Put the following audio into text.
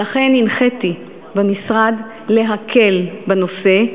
ולכן הנחיתי במשרד להקל בנושא,